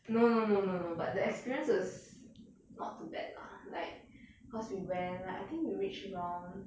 no no no no no but the experience was not too bad lah like cause we went like I think we reached around